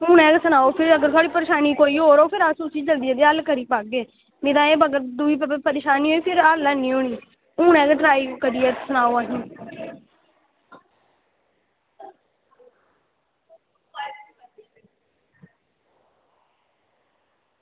ते हून तुस एह् सनाओ की अगर तुंदी कोई परेशानी होर होऐ ते अस उसी बी हल्ल करी पाचै ते एह् जेह्ड़ी दूई परेशानी ऐ हल्ल ऐनी होनी हून गै करियै सनाओ असेंगी